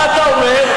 מה אתה אומר?